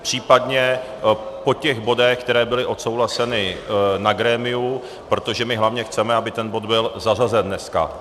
Případně po těch bodech, které byly odsouhlaseny na grémiu, protože my hlavně chceme, aby ten bod byl zařazen dneska.